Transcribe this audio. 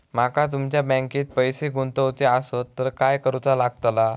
माका तुमच्या बँकेत पैसे गुंतवूचे आसत तर काय कारुचा लगतला?